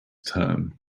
term